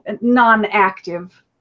non-active